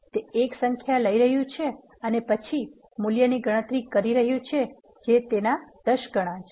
તે એક સંખ્યા લઈ રહ્યું છે અને પછી મૂલ્યની ગણતરી કરી રહ્યું છે જે તેના 10 ગણા છે